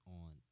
on